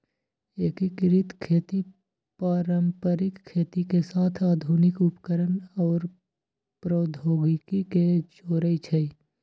एकीकृत खेती पारंपरिक खेती के साथ आधुनिक उपकरणअउर प्रौधोगोकी के जोरई छई